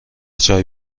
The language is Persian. چای